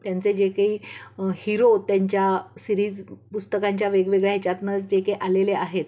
त्यांचे जे काही हिरो त्यांच्या सिरीज पुस्तकांच्या वेगवेगळ्या ह्याच्यातून जे काही आलेले आहेत